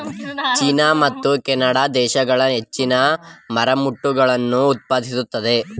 China ಮತ್ತು Canada ದೇಶಗಳು ಹೆಚ್ಚಿನ ಮರಮುಟ್ಟುಗಳನ್ನು ಉತ್ಪಾದಿಸುತ್ತದೆ